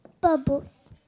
Bubbles